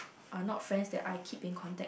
are not friends that I keep in contact